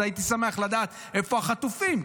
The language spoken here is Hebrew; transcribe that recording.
הייתי שמח לדעת איפה החטופים,